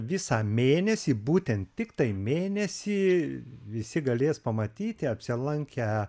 visą mėnesį būtent tiktai mėnesį visi galės pamatyti apsilankę